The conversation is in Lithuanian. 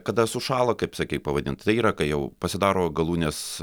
kada sušąla kaip sakei pavadint tai yra kai jau pasidaro galūnės